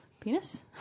Penis